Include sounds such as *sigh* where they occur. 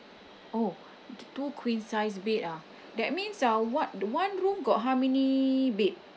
oh t~ two queen size bed ah *breath* that means uh what one room got how many bed